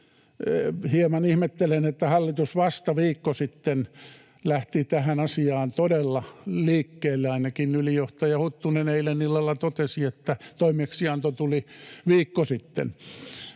hieman ihmettelen, että hallitus vasta viikko sitten lähti tässä asiassa todella liikkeelle. Ainakin ylijohtaja Huttunen eilen illalla totesi, että toimeksianto tuli viikko sitten,